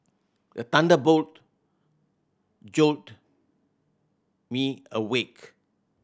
the thunder boat jolt me awake